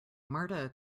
marta